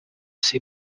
see